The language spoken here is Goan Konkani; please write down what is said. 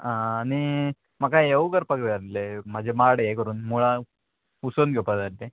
आं आनी म्हाका हेवू करपाक जाय आसले म्हाजे माड हे करून मुळां उसोन घेवपाक जाय आसले